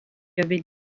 avait